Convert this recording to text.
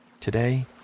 Today